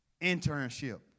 Internship